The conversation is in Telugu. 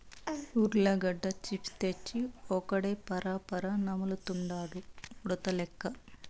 ఉర్లగడ్డ చిప్స్ తెచ్చి ఒక్కడే పరపరా నములుతండాడు ఉడతలెక్క